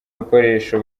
bikoresho